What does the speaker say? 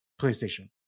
playstation